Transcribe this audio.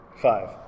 five